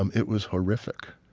um it was horrific.